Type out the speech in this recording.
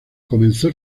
comenzó